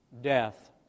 death